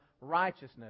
righteousness